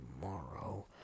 tomorrow